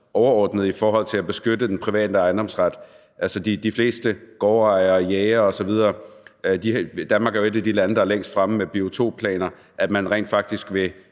overordnet i forhold til at beskytte den private ejendomsret. Altså, der er mange gårdejere og jægere osv. Danmark er jo et af de lande, der er længst fremme med biotopplaner, så man bør rent faktisk